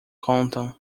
contam